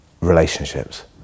relationships